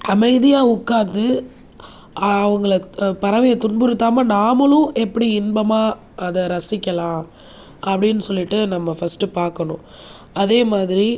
அமைதியாக உட்கார்ந்து அவங்களை பறவைய துன்புறுத்தாமல் நாமளும் எப்படி இன்பமாக அதை ரசிக்கலாம் அப்படின்னு சொல்லிட்டு நாம் ஃபஸ்ட் பார்க்கணும் அதே மாதிரி